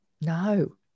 No